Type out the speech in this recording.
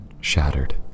shattered